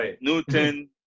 Newton